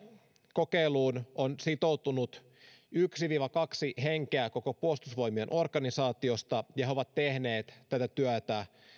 kokeiluun on sitoutunut yksi viiva kaksi henkeä koko puolustusvoimien organisaatiosta ja he ovat tehneet tätä työtä